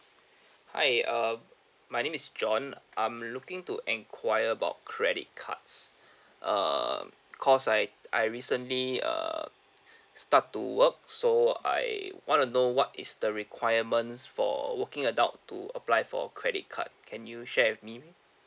hi uh my name is john I'm looking to enquire about credit cards err cause I I recently err start to work so I wanna know what is the requirements for working adult to apply for credit card can you share with me